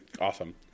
Awesome